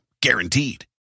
Guaranteed